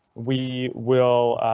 we will